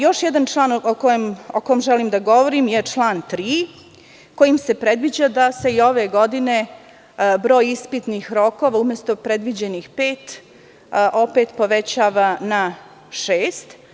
Još jedan član o kome želim da govorim je član 3. kojim se predviđa da se i ove godine broj ispitnih rokova umesto predviđenih pet opet povećava na šest.